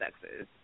sexes